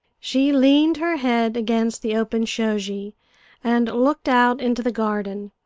she leaned her head against the open shoji and looked out into the garden,